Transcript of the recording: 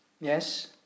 Yes